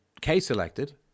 K-selected